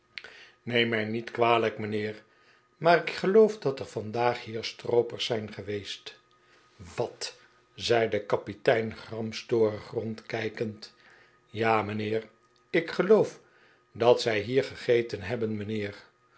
neem mij niet kwalijk mijnheer maar ik geloof dat er vandaag hier stroopers zijn geweest wat zei de kapitein gramstorig rondkijkend ja mijnheer ik geloof dat zij hier gegeten hebben mijnheer